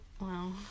Wow